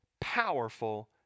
powerful